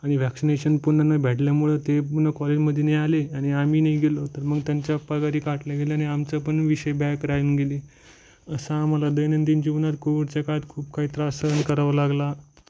आणि व्हॅक्सिनेशन पुन्हा न भेटल्यामुळे ते पुन्हा कॉलेजमध्ये नाही आले आणि आम्ही नाही गेलो तर मग त्यांचा पगारही काटला गेला आणि आमचा पण विषय बॅक राहून गेले असं आम्हाला दैनंदिन जीवनात कोविडच्या काळात खूप काही त्रास सहन करावा लागला